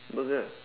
burger